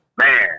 man